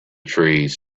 trees